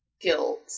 guilt